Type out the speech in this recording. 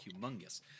humongous